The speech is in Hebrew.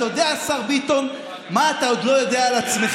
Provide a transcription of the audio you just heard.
אתה יודע, השר ביטון, מה אתה עוד לא יודע על עצמך?